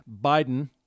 Biden